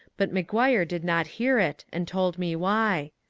but mcghiire did not hear it, and told me why.